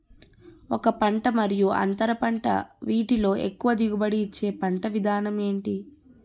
ఒక పంట మరియు అంతర పంట వీటిలో ఎక్కువ దిగుబడి ఇచ్చే పంట విధానం ఏంటి?